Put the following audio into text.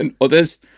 others